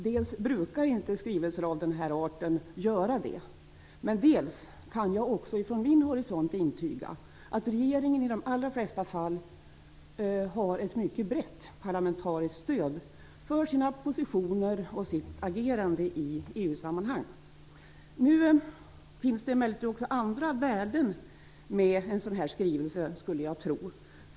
Dels brukar inte skrivelser av den här arten göra det, dels kan jag från min horisont intyga att regeringen i de allra flesta fall har ett mycket brett parlamentariskt stöd för sina positioner och sitt agerande i EU-sammanhang. Jag skulle tro att det emellertid också finns andra värden med en sådan här skrivelse.